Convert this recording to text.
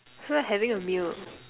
feel like having a meal